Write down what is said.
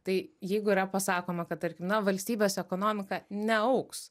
tai jeigu yra pasakoma kad tarkim na valstybės ekonomika neaugs